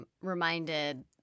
reminded